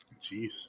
Jeez